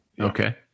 okay